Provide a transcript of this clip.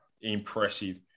impressive